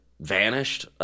vanished